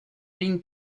ligne